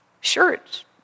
shirt